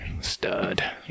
Stud